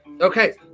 okay